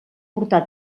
portar